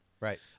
Right